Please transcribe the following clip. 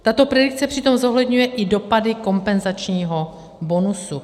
Tato predikce přitom zohledňuje i dopady kompenzačního bonusu.